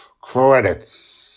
Credits